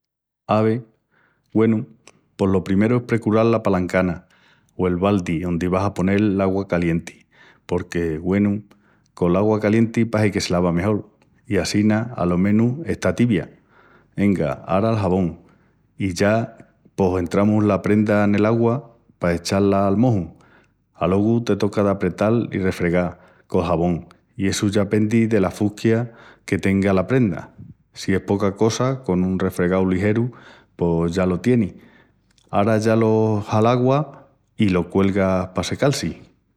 Ave, güenu, pos lo primeru es precural la palancana o el baldi ondi vas a ponel l'augua calienti, porque, güenu, col'augua calienti pahi que se lava mejol, i assina alo menus está tibia. Enga, ara'l xabón i ya pos entramus la prenda nel augua pa echá-la al moju. Alogu te toca d'apretal i refregal col xabón i essu ya pendi dela fusquía que tenga la prenda. Si es poca cosa con un refregau ligeru pos ya lo tienis. Ara ya lo xalaguas i lo cuelgas pa secal-si.